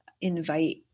invite